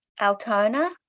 Altona